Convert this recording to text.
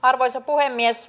arvoisa puhemies